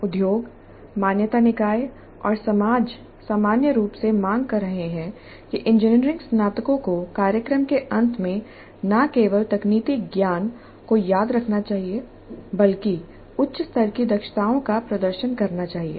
उद्योग मान्यता निकाय और समाज सामान्य रूप से मांग कर रहे हैं कि इंजीनियरिंग स्नातकों को कार्यक्रम के अंत में न केवल तकनीकी ज्ञान को याद रखना चाहिए बल्कि उच्च स्तर की दक्षताओं का प्रदर्शन करना चाहिए